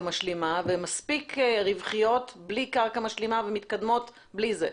משלימה ומספיק רווחיות בלי קרקע משלימה ומתקדמות בלי זה.